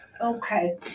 Okay